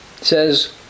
says